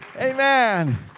Amen